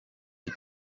die